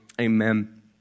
Amen